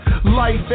Life